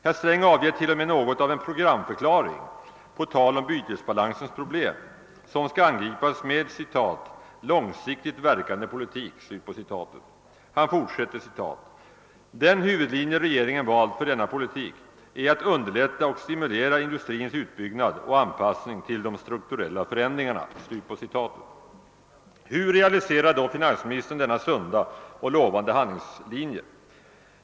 Herr Sträng avger t.o.m. något av en programförklaring på tal om bytesbalansens problem som skall angripas med en »långsiktigt verkande politik». Han fortsätter: »Den huvudlinje regeringen valt för denna politik är att underlätta och stimulera industrins utbyggnad och anpassning till de strukturella förändringarna.» Hur realiserar nu finansministern denna sunda och lovande handelslinje?